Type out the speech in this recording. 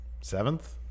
seventh